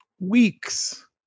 weeks